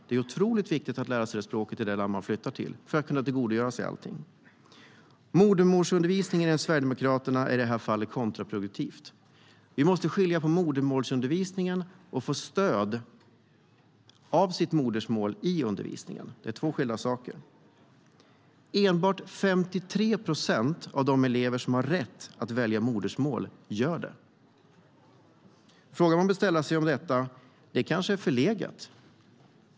Det är otroligt viktigt att lära sig språket i det land man flyttar till för att kunna tillgodogöra sig allt. Endast 53 procent av de elever som har rätt att välja modersmålsundervisning gör det. Frågan man kan ställa sig är om modersmålsundervisning är förlegat.